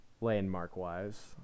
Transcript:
Landmark-wise